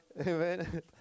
Amen